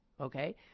okay